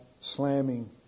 slamming